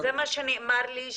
זה מה שנאמר לי,